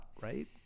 right